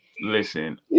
Listen